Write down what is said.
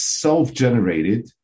self-generated